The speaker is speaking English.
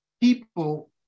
people